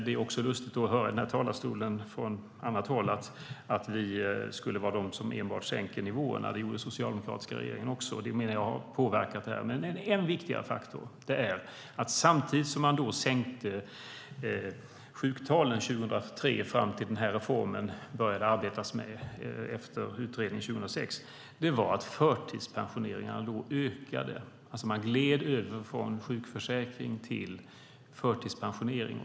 Det är lustigt att höra från talarstolen att det bara är vi som sänker nivåerna; det gjorde den socialdemokratiska regeringen också. Jag menar att det har påverkat detta. En viktigare faktor är att samtidigt som man sänkte sjuktalen 2003 fram till dess att man började arbeta med den här reformen efter utredningen 2006, ökade förtidspensioneringarna. Man gled över från sjukförsäkring till förtidspensionering.